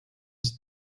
his